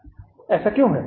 यह कैसे संभव हो सकता है